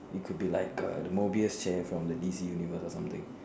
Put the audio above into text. it could be like the mobius chair from the miss universe or something